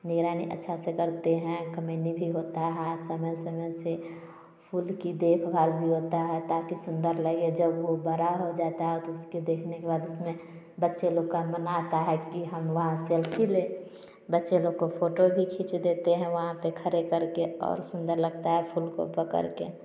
निगरानी अच्छा से करते हैं कमइनी भी होता है समय समय से फूल की देखभाल भी होता है ताकि सुन्दर लगे जब वो बड़ा हो जाता है तो उसके देखने के बाद उसमें बच्चे लोग का मन आता है कि हम वहाँ सेल्फी ले व बच्चे लोग को फोटो भी खींच देते हैं वहाँ पर खड़ा करके और सुन्दर लगता है फूल को पकड़ के